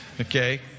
okay